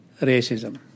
racism